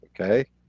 Okay